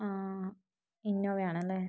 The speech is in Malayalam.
ആ ഇന്നോവയാണല്ലേ